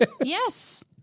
yes